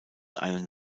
einen